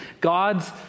god's